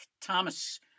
Thomas